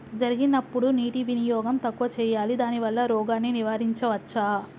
జరిగినప్పుడు నీటి వినియోగం తక్కువ చేయాలి దానివల్ల రోగాన్ని నివారించవచ్చా?